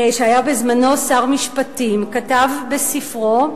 שהיה בזמנו שר משפטים, כתב בספרו,